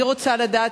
אני רוצה לדעת,